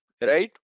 right